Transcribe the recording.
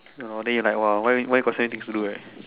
no then you like !wow! why why got some many things to do right